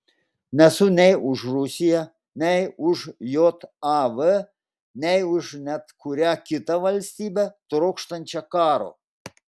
nesu nei už rusiją nei už jav nei už net kurią kitą valstybę trokštančią karo